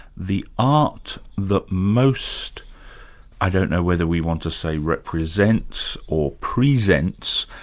the art that most i don't know whether we want to say represents, or presents,